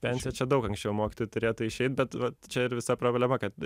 pensija čia daug anksčiau mokytojai turėtų išeit bet vat čia ir visa problema kad